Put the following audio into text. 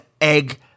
egg